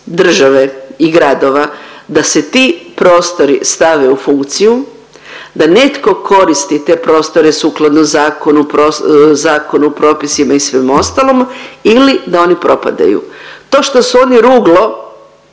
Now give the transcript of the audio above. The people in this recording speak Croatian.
države i gradova da se ti prostori stave u funkciju, da netko koristi te prostore sukladno zakonu pro… zakonu, propisima i svemu ostalom ili da oni propadaju? To što su oni ruglo